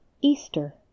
Easter